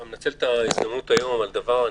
בבקשה.